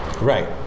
Right